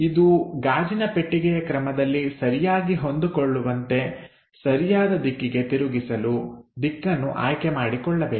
ಇದು ಗಾಜಿನ ಪಟ್ಟಿಗೆಯ ಕ್ರಮದಲ್ಲಿ ಸರಿಯಾಗಿ ಹೊಂದಿಕೊಳ್ಳುವಂತೆ ಸರಿಯಾದ ದಿಕ್ಕಿಗೆ ತಿರುಗಿಸಲು ದಿಕ್ಕನ್ನು ಆಯ್ಕೆ ಮಾಡಿಕೊಳ್ಳಬೇಕು